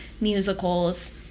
musicals